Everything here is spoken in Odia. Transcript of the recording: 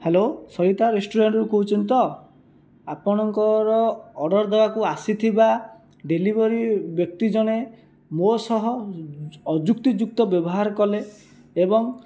ହ୍ୟାଲୋ ସରିତା ରେଷ୍ଟୁରେଣ୍ଟରୁ କହୁଛନ୍ତି ତ ଆପଣଙ୍କର ଅର୍ଡ଼ର ଦେବାକୁ ଆସିଥିବା ଡେଲିଭରି ବ୍ୟକ୍ତି ଜଣେ ମୋ ସହ ଅଯୁକ୍ତିଯୁକ୍ତ ବ୍ୟବହାର କଲେ ଏବଂ